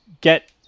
get